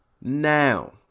now